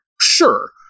Sure